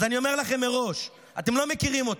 אז אני אומר לכם מראש: אתם לא מכירים אותי.